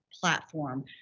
platform